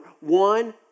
one